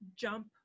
jump